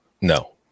No